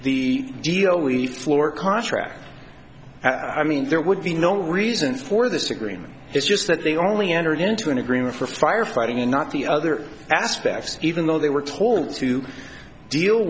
the deal we floor contract i mean there would be no reasons for this agreement it's just that they only entered into an agreement for firefighting and not the other aspects even though they were told to deal